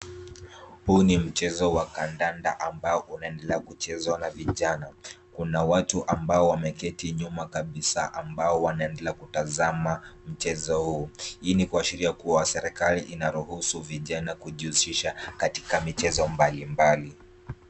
Huu ni mchezo wa kandanda ambao unaendelea kuchezwa na vijana. Kuna watu ambao wameketi nyuma kabisa ambao wanaendelea kutazama mchezo huu. Hii ni kuashiria kuwa serikali inaruhusu vijana kujihusisha katika michezo mbalimbali.